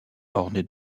orné